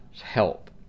help